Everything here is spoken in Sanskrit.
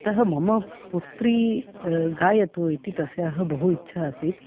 अतः मम पुत्री गायतु इति तस्याः बहु इच्छा आसीत्